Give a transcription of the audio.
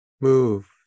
move